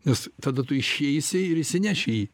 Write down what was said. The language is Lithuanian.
nes tada tu išeisi ir išsineši jį